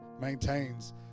maintains